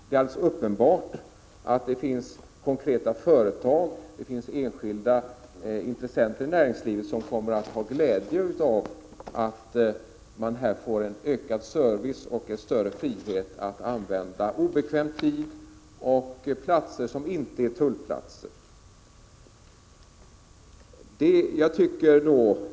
Det är emellertid uppenbart att det finns företag och andra intressenter i näringslivet som kommer att ha glädje av att man får en ökad service och en större frihet att använda obekväm tid och platser som inte är tullplatser.